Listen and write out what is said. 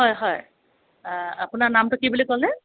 হয় হয় আপোনাৰ নামটো কি বুলি ক'লে